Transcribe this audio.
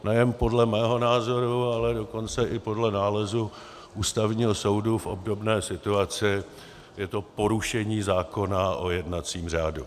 Nejen podle mého názoru, ale dokonce i podle nálezu Ústavního soudu v obdobné situaci je to porušení zákona o jednacím řádu.